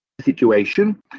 situation